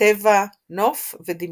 טבע, נוף ודמיון.